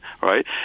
Right